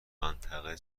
منطقه